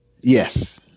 Yes